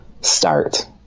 start